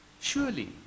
Surely